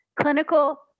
Clinical